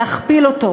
להכפיל אותו